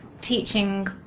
teaching